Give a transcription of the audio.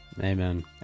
Amen